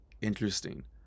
interesting